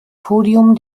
podium